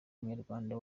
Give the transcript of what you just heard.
munyarwanda